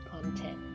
content